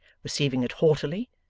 receiving it haughtily,